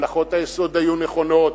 הנחות היסוד היו נכונות,